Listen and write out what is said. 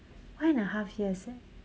one and a half years eh